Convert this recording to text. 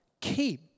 keep